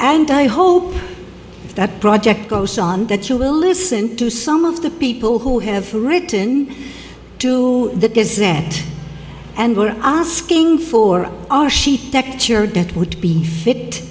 and i hope that project goes on that you will listen to some of the people who have written to that is that and were asking for a sheet textured that would be fit